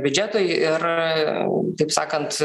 biudžetui ir taip sakant